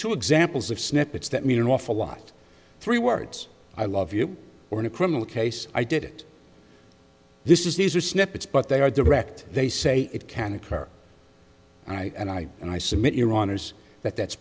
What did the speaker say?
two examples of snippets that mean an awful lot three words i love you or in a criminal case i did it this is these are snippets but they are direct they say it can occur and i and i and i submit iran is that that's